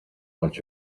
болж